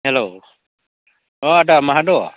हेल' अ आदा माहा दं